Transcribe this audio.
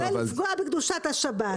- לחוקק חוקים --- לפגוע בקדושת השבת.